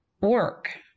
work